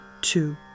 two